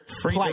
free